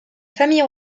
famille